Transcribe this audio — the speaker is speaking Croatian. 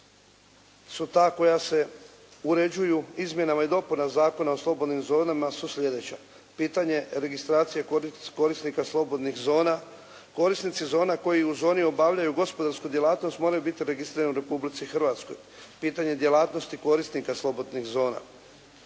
su ta koja se uređuju Izmjenama i dopunama Zakona o slobodnim zonama su sljedeća. Pitanje registracije korisnika slobodnih zona, korisnici zona koji u zoni obavljaju gospodarsku djelatnost moraju biti registrirani u Republici Hrvatskoj, pitanje djelatnosti korisnika slobodnih zona,